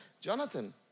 Jonathan